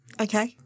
Okay